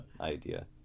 idea